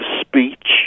speech